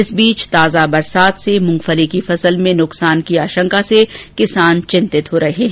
इस बीच ताजा बरसात से मूंगफली की फसल में नुकसान की आशंका से किसान चिंतित हो रहे हैं